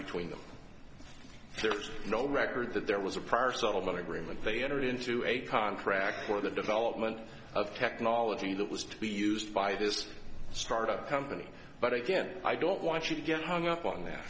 between them there was no record that there was a prior sort of agreement they entered into a contract for the development of technology that was to be used by this startup company but again i don't want to get hung up on th